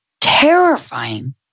terrifying